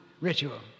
ritual